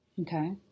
Okay